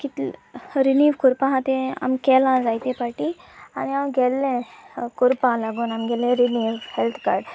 कितले रिनीव करपा आसा तें आमी केलां जायते फावटी आनी हांव गेल्लें करपा लागून आमगेल्लें रिनीव हेल्त कार्ड